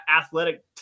athletic